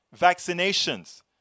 vaccinations